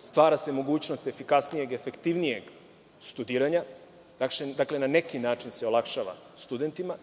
stvara se mogućnost efikasnijeg, efektivnijeg studiranja, na neki način se olakšava studentima.